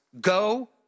go